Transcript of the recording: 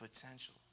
potential